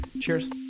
Cheers